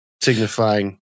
signifying